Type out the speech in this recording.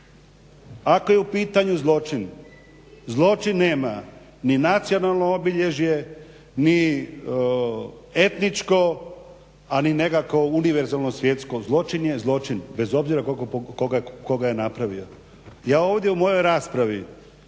Ako je u pitanju zločin, zločin nema ni nacionalno obilježje, ni etničko a ni nekakvo univerzalno svjetsko. Zločin je zločin bez obzira tko ga je napravio. Ja ovdje u mojoj raspravi